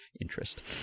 interest